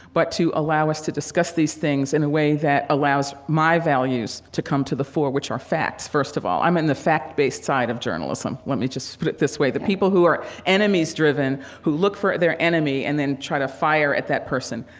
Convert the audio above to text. but to allow us to discuss these things in a way that allows my values to come to the fore, which are facts, first of all. i'm in the fact-based side of journalism. let me just put it this way yeah the people who are enemies-driven, who look for their enemy, and then try to fire at that person,